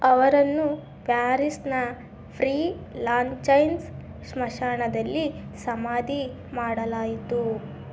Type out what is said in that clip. ಅವರನ್ನು ಪ್ಯಾರಿಸ್ನ ಫ್ರೀ ಲಾಂಚೈನ್ಸ್ ಸ್ಮಶಾನದಲ್ಲಿ ಸಮಾಧಿ ಮಾಡಲಾಯಿತು